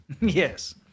Yes